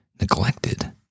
neglected